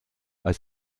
als